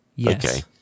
Yes